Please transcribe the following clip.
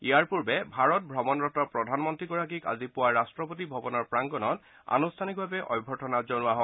ইয়াৰ পূৰ্বে ভাৰত ভ্ৰমণৰত প্ৰধানমন্নীগৰাকীক আজি পুৱা ৰাষ্ট্ৰপতি ভৱনৰ প্ৰাংগনত আনুষ্ঠানিকভাৱে অভ্যৰ্থনা জনোৱা হয়